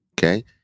okay